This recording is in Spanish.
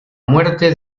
muerte